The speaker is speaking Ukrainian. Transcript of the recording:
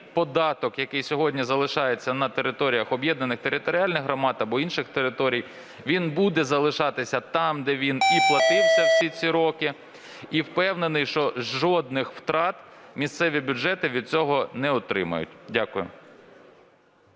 який сьогодні залишається на територіях об'єднаних територіальних громад або інших територій, він буде залишатися там, де він і платився всі ці роки. І впевнений, що жодних втрат місцеві бюджети від цього не отримають. Дякую.